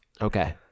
Okay